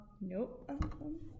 nope